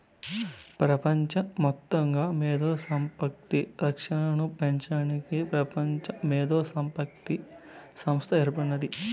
పెపంచ మొత్తంగా మేధో సంపత్తి రక్షనను పెంచడానికి పెపంచ మేధోసంపత్తి సంస్త ఏర్పడినాది